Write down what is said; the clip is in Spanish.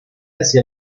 hacia